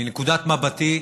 מנקודת מבטי,